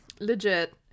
Legit